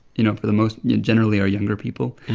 you know, for the most yeah generally are younger people.